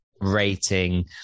rating